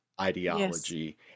ideology